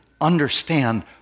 understand